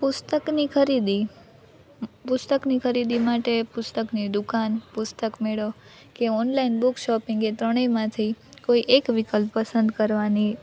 પુસ્તકની ખરીદી પુસ્તકની ખરીદી માટે પુસ્તકની દુકાન પુસ્તક મેળો કે ઓનલાઇન બુક શોપિંગ એ ત્રણેયમાંથી કોઈ એક વિકલ્પ પસંદ કરવાની